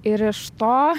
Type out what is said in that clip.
ir iš to